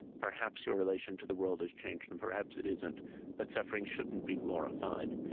perhaps your relationship to the world is changed, and perhaps it isn't but suffering shouldn't be glorified.